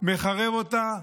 מחרב אותה יום-יום,